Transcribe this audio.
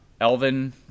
Elvin